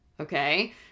okay